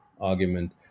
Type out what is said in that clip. argument